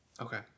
Okay